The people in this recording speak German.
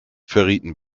verrieten